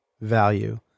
value